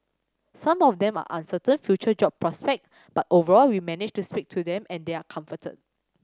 some of them are uncertain future job prospect but overall we managed to speak to them and they are comforted